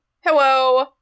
Hello